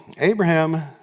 Abraham